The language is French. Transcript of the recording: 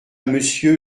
monsieur